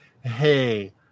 hey